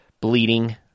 bleeding